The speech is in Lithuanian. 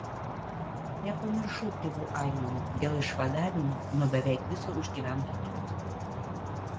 nepamiršau tėvų aimanų dėl išvadavimo nuo beveik viso užgyvento turto